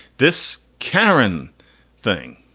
this karen thing,